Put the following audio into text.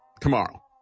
tomorrow